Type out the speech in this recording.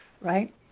right